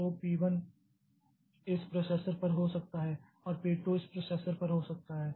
तो P 1 इस processor पर हो सकता है और पी 2 इस प्रोसेसर पर हो सकता है